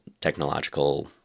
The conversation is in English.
technological